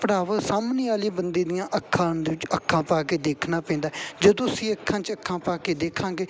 ਸਾਹਮਣੇ ਵਾਲੇ ਬੰਦੇ ਦੀਆਂ ਅੱਖਾਂ ਦੇ ਵਿੱਚ ਅੱਖਾਂ ਪਾ ਕੇ ਦੇਖਣਾ ਪੈਂਦਾ ਜਦੋਂ ਤੁਸੀਂ ਅੱਖਾਂ 'ਚ ਅੱਖਾਂ ਪਾ ਕੇ ਦੇਖਾਂਗੇ